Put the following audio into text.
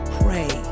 pray